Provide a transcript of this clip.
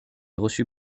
reçue